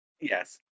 yes